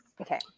okay